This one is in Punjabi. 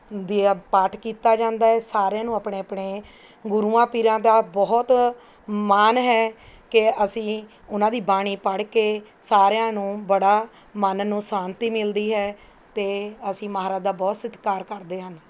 ਦੀਆਂ ਪਾਠ ਕੀਤਾ ਜਾਂਦਾ ਹੈ ਸਾਰਿਆਂ ਨੂੰ ਆਪਣੇ ਆਪਣੇ ਗੁਰੂਆਂ ਪੀਰਾਂ ਦਾ ਬਹੁਤ ਮਾਨ ਹੈ ਕਿ ਅਸੀਂ ਉਹਨਾਂ ਦੀ ਬਾਣੀ ਪੜ੍ਹ ਕੇ ਸਾਰਿਆਂ ਨੂੰ ਬੜਾ ਮਨ ਨੂੰ ਸ਼ਾਂਤੀ ਮਿਲਦੀ ਹੈ ਅਤੇ ਅਸੀਂ ਮਹਾਰਾਜ ਦਾ ਬਹੁਤ ਸਤਿਕਾਰ ਕਰਦੇ ਹਨ